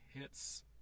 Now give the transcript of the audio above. hits